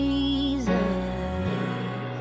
Jesus